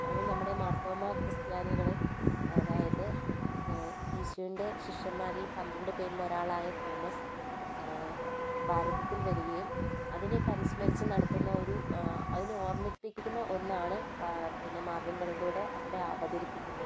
അത് നമ്മുടെ മാർത്തോമാ ക്രിസ്ത്യാനികൾ അതായത് യേശുവിൻ്റെ ശിഷ്യൻമാരിൽ പന്ത്രണ്ട് പേരിലൊരാളായ തോമസ് ഭാരതത്തിൽ വരികയും അതിനെയൊക്കെ അനുസ്മരിച്ച് നടത്തുന്ന ഒരു അതിനെ ഓർമ്മിപ്പിക്കുന്ന ഒന്നാണ് പിന്നെ മാർഗ്ഗംകളിയിലൂടെ അവിടെ അവതരിപ്പിക്കുന്നത്